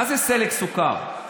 מה זה סלק סוכר?